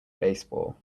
baseball